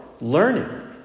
learning